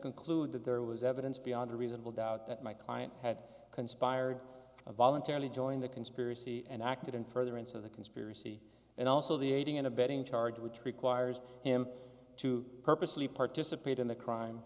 conclude that there was evidence beyond a reasonable doubt that my client had conspired voluntarily join the conspiracy and acted in furtherance of the conspiracy and also the aiding and abetting charge with trick wires him to purposely participate in the crime